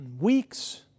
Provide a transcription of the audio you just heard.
weeks